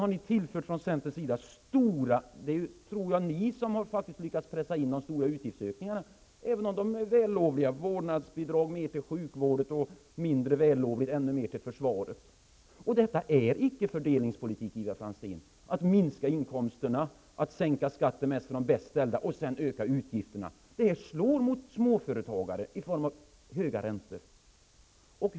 Jag tror faktiskt att det är ni i centern som lyckats pressa in de stora utgiftsökningarna, även om de är vällovliga när det gäller t.ex. vårdnadsbidrag och mer pengar till sjukvården och mindre vällovliga när det gäller ännu mer pengar till försvaret. Det är inte fördelningspolitik, Ivar Franzén, att minska inkomsterna, att sänka skatterna mest för de bästa ställda och sedan öka utgifterna. Detta slår mot småföretagare i form av höga räntor.